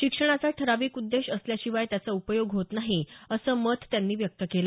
शिक्षणाचा ठराविक उद्देश असल्याशिवाय त्याचा उपयोग होत नाही असं मत त्यांनी व्यक्त केलं